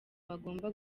bagomba